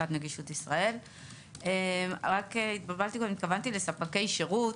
רק התבלבלתי קודם, התכוונתי לספקי שירות.